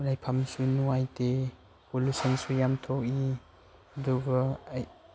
ꯂꯩꯐꯝꯁꯨ ꯅꯨꯡꯉꯥꯏꯇꯦ ꯄꯣꯂꯨꯁꯟꯁꯨ ꯌꯥꯝ ꯊꯣꯛꯏ ꯑꯗꯨꯒ